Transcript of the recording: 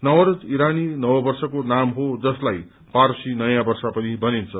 नवरोज ईरानी नववर्षको नाम हो जसलाई पारसी नयाँ वर्ष पनि भनिन्छ